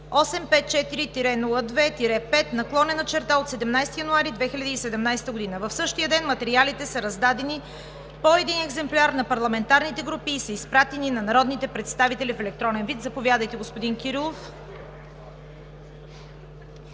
854-02-5/17.01.2018 г. В същия ден материалите са раздадени по един екземпляр на парламентарните групи и са изпратени на народните представители в електронен вид. Заповядайте, господин Кирилов,